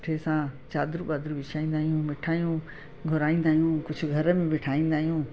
सुठे सां चादर वादर विछाईंदा आहियूं मिठाइयूं घुराईंदा आहियूं कुझु घर में बि ठाहींदा आहियूं